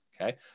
okay